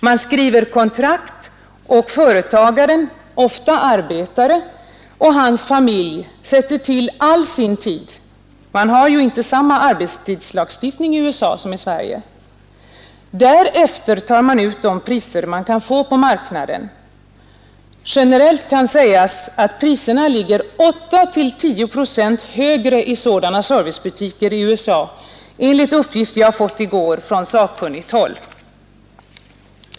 Man skriver kontrakt, och företagaren — ofta arbetare — och hans familj sätter till all sin tid. Man har ju inte samma arbetstidslagstiftning i USA som i Sverige. Därefter tar man ut de priser man kan få på marknaden. Generellt kan sägas att priserna ligger 8—10 procent högre i sådana servicebutiker i USA, enligt uppgift jag i går fått från sakkunnigt håll.